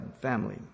family